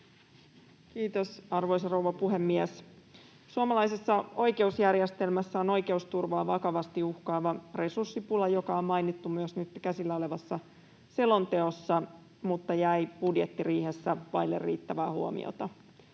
Kiitos, arvoisa rouva puhemies! Suomalaisessa oikeusjärjestelmässä on oikeusturvaa vakavasti uhkaava resurssipula, joka on mainittu nyt käsillä olevassa selonteossa mutta jäi budjettiriihessä vaille riittävää huomiota.